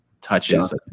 touches